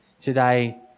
today